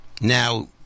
Now